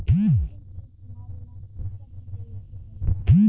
ATM के इस्तमाल ला पइसा भी देवे के पड़ेला